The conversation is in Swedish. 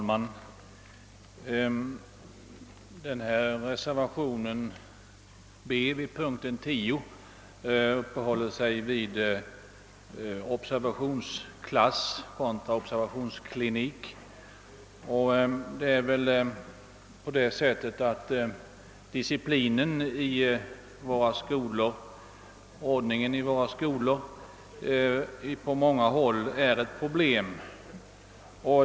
Herr talman! Reservation B vid punkten 10 uppehåller sig vid frågan om observationsklass kontra observationsklinik. Disciplinen och ordningen i våra skolor är på många håll ett problem.